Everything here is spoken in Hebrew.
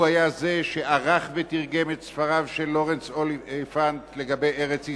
הוא היה זה שערך ותרגם את ספריו של לורנס אוליפנט על ארץ-ישראל,